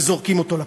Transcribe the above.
וזורקים אותו לפח.